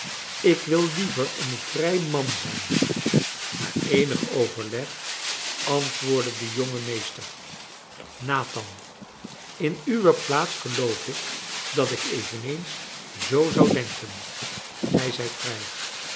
ik wilde liever een vrij man zijn na eenig overleg antwoordde de jonge meester nathan in uwe plaats geloof ik dat ik eveneens zoo zou denken gij zijt vrij